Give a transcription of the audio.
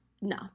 no